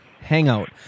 Hangout